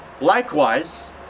likewise